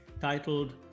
titled